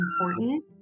important